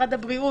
משרד הבריאות,